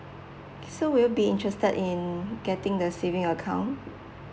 so will you be interested in getting the saving account